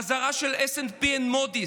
אזהרה שלS&P ומודי'ס,